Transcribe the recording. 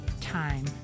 time